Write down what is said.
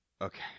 Okay